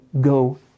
go